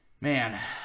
man